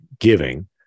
Giving